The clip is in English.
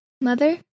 Mother